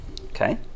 Okay